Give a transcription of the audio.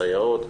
סייעות,